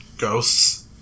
Ghosts